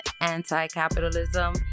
anti-capitalism